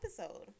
episode